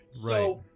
right